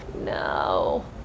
No